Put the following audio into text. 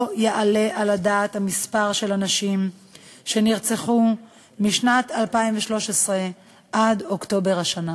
לא יעלה על הדעת המספר של הנשים שנרצחו משנת 2013 עד אוקטובר השנה